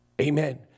Amen